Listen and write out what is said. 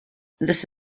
this